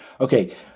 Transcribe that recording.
Okay